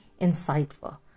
insightful